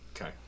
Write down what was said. Okay